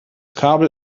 kabel